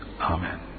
Amen